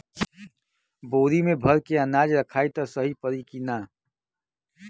बोरी में भर के अनाज रखायी त सही परी की ना?